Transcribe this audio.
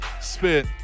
Spit